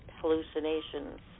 Hallucinations